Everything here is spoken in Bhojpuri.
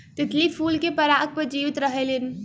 तितली फूल के पराग पर जीवित रहेलीन